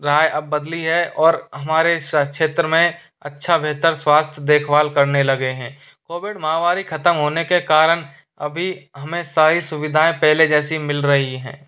राय अब बदली है और हमारे क्षेत्र में अच्छा बेहतर स्वास्थ्य देखभाल करने लगे हैं कोविड महामारी खत्म होने के कारण अभी हमें सारी सुविधाएं पहले जैसी मिल रही हैं